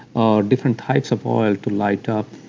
or different types of oil to light up.